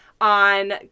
on